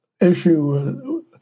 issue